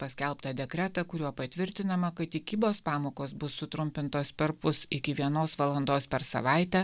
paskelbtą dekretą kuriuo patvirtinama kad tikybos pamokos bus sutrumpintos perpus iki vienos valandos per savaitę